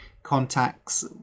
contacts